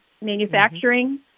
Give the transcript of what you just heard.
manufacturing